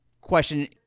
question